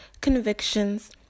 convictions